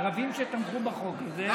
הערבים שתמכו בחוק זה,